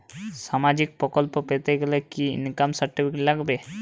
সামাজীক প্রকল্প পেতে গেলে কি ইনকাম সার্টিফিকেট লাগবে?